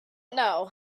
know